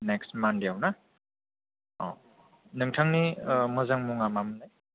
next मानडेयाव ना औ नोंथांनि मोजां मुङा मा मोनलाय